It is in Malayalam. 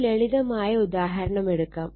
ഒരു ലളിതമായ ഉദാഹരണം എടുക്കാം